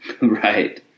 Right